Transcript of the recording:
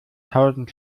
tausend